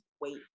wait